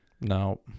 No